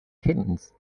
kittens